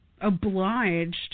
obliged